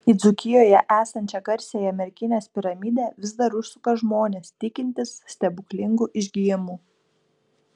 į dzūkijoje esančią garsiąją merkinės piramidę vis dar užsuka žmonės tikintys stebuklingu išgijimu